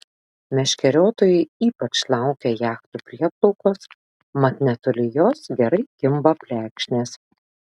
meškeriotojai ypač laukia jachtų prieplaukos mat netoli jos gerai kimba plekšnės